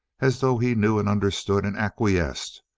as though he knew and understood and acquiesced,